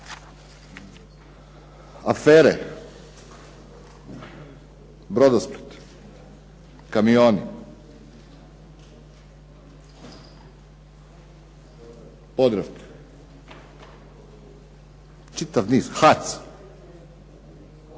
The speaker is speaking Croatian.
Afere "Brodosplit", kamioni, "Podravka", čitav niz HAC